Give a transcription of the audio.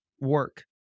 work